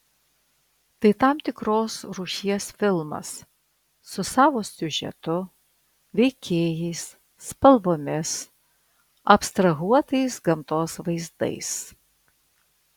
tai tam tikros rūšies filmas su savo siužetu veikėjais spalvomis abstrahuotais gamtos vaizdais